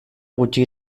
gutxi